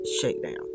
shakedown